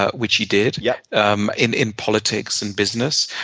ah which he did, yeah um in in politics and business,